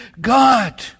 God